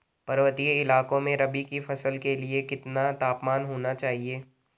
पर्वतीय इलाकों में रबी की फसल के लिए कितना तापमान होना चाहिए?